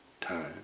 time